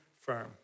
firm